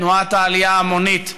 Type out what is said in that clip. תנועת העלייה ההמונית,